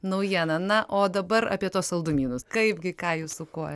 naujiena na o dabar apie tuos saldumynus kaipgi ką jūs su kuo